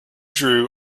drew